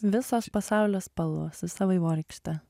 visos pasaulio spalvos visa vaivorykštė